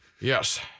Yes